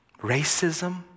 Racism